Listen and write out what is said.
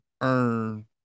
earn